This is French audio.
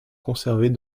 conservés